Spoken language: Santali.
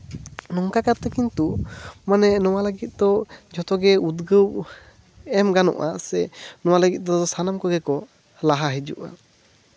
ᱱᱚᱝᱠᱟ ᱠᱟᱛᱮᱫ ᱠᱤᱱᱛᱩ ᱢᱟᱱᱮ ᱱᱚᱣᱟ ᱞᱟᱹᱜᱤᱫ ᱛᱚ ᱡᱷᱚᱛᱚᱜᱮ ᱩᱫᱽᱜᱟᱹᱣ ᱮᱢ ᱜᱟᱱᱚᱜᱼᱟ ᱥᱮ ᱱᱚᱣᱟ ᱞᱟᱹᱜᱤᱫ ᱫᱚ ᱥᱟᱱᱟᱢ ᱠᱚᱜᱮ ᱠᱚ ᱞᱟᱦᱟ ᱦᱤᱡᱩᱜᱼᱟ